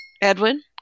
edwin